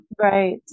right